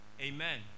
Amen